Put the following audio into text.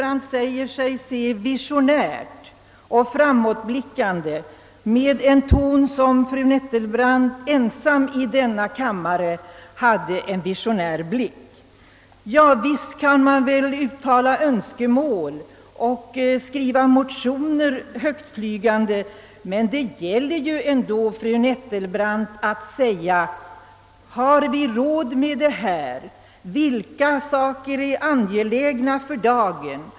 Hon säger sig se visionärt och framåtblickande i en ton som om hon ensam i denna kammare hade en sådan klarsyn. Ja, visst kan man uttala önskemål och väcka motioner med högtflygande förslag, men det gäller ändå, fru Nettelbrandt, att även bedöma om vi har råd och vilka saker som är angelägna för dagen.